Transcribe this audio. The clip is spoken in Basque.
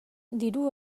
diru